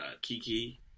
Kiki